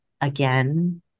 again